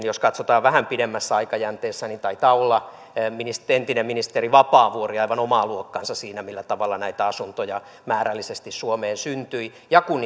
jos katsotaan vähän pidemmässä aikajänteessä niin taisi olla entinen ministeri vapaavuori aivan omaa luokkaansa siinä millä tavalla näitä asuntoja määrällisesti suomeen syntyi kun